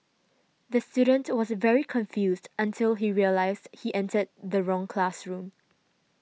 the student was very confused until he realised he entered the wrong classroom